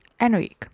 Enrique